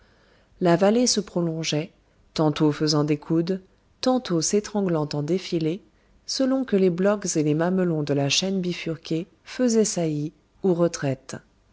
la vallée se prolongeait tantôt faisant des coudes tantôt s'étranglant en défilés selon que les blocs et les mamelons de la chaîne bifurquée faisaient saillie ou retraite